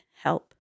help